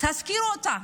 תזכירו אותה,